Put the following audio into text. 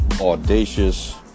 audacious